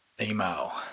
email